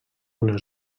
una